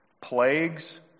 plagues